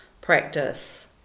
practice